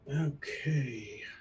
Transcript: Okay